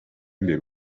imbere